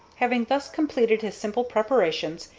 having thus completed his simple preparations,